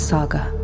Saga